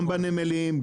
גם בנמלים,